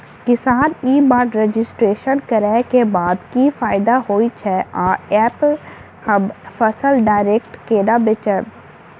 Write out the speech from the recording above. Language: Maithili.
किसान ई मार्ट रजिस्ट्रेशन करै केँ बाद की फायदा होइ छै आ ऐप हम फसल डायरेक्ट केना बेचब?